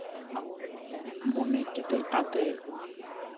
ᱢᱚᱱᱮ ᱠᱮᱴᱮᱡ ᱟᱛᱮᱜ